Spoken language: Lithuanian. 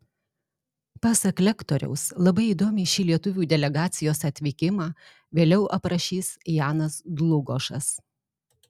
pasak lektoriaus labai įdomiai šį lietuvių delegacijos atvykimą vėliau aprašys janas dlugošas